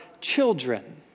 children